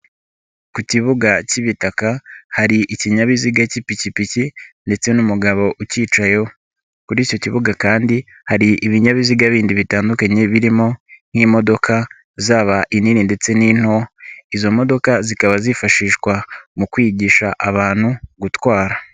Ku kibuga cy'ibitaka, hari ikinyabiziga cy'ipikipiki ndetse n'umugabo ucyicaye kuri icyo kibuga kandi hari ibinyabiziga bindi bitandukanye, birimo nk'imodoka, zaba inini ndetse n'into, izo modoka zikaba zifashishwa mu kwigisha abantu gutwara.